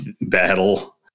battle